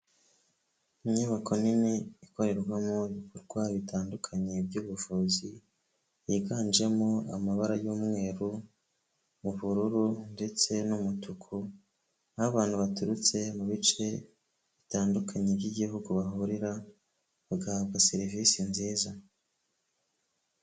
Inyubako nini ikorerwamo ibikorwa bitandukanye by'ubuvuzi, higanjemo amabara y'umweru n'ubruru ndetse n'umutuku aho abantu baturutse mu bice bitandukanye by'igihugu bahurira bagahabwa serivisi nziza.